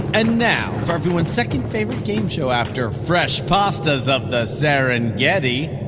and now for everyone's second-favorite game show after fresh pastas of the serengeti,